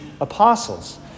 apostles